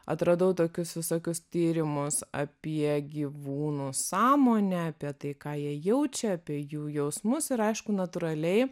atradau tokius visokius tyrimus apie gyvūnų sąmonę apie tai ką jie jaučia apie jų jausmus ir aišku natūraliai